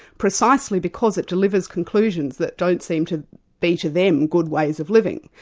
precisely because it delivers conclusions that don't seem to be to them good ways of living.